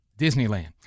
Disneyland